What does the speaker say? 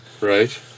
Right